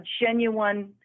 genuine